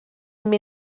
rydw